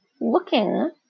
looking